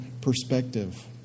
perspective